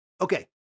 Okay